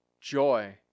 joy